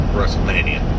WrestleMania